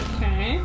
Okay